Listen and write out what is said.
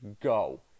go